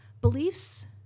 Beliefs